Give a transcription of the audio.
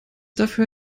dafür